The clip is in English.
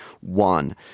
one